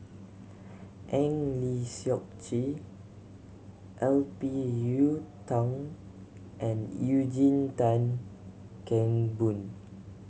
Eng Lee Seok Chee L P Yiu Tung and Eugene Tan Kheng Boon